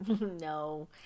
No